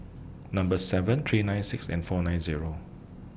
Number seven three nine six and four nine Zero